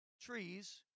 trees